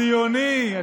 ציוני,